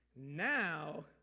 Now